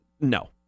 no